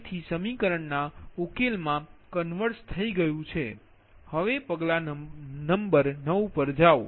તેથીસમીકરણ ના ઉકેલમાં કન્વર્ઝ થઈ ગયું છે હવે પગલા 9 પર જાઓ